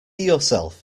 yourself